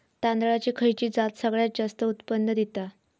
तांदळाची खयची जात सगळयात जास्त उत्पन्न दिता?